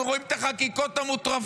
אנחנו רואים את החקיקות המוטרפות,